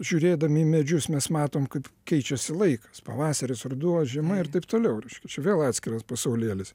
žiūrėdami į medžius mes matom kad keičiasi laikas pavasaris ruduo žiema ir taip toliau reiškia čia vėl atskiras pasaulėlis